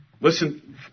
Listen